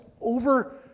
over